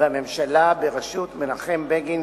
והממשלה בראשות מנחם בגין,